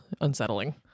unsettling